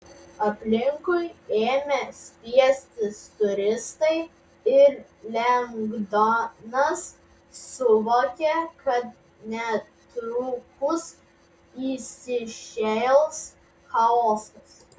aplinkui ėmė spiestis turistai ir lengdonas suvokė kad netrukus įsišėls chaosas